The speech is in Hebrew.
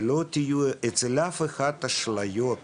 שלא יהיו לאף אחד אשליות